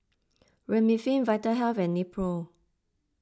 Remifemin Vitahealth and Nepro